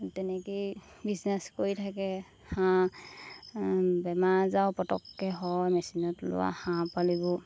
তেনেকেই বিজনেছ কৰি থাকে হাঁহ বেমাৰ আজাৰো পতককৈ হয় মেচিনত ওলোৱা হাঁহ পোৱালিবোৰ